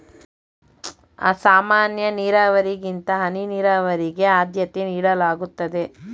ಸಾಮಾನ್ಯ ನೀರಾವರಿಗಿಂತ ಹನಿ ನೀರಾವರಿಗೆ ಆದ್ಯತೆ ನೀಡಲಾಗುತ್ತದೆ